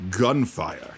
gunfire